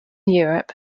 europe